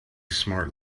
smart